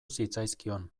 zitzaizkion